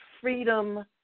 freedom